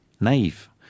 naive